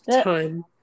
time